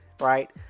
right